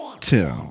two